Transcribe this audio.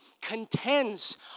contends